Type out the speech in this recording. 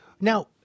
Now